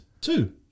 Two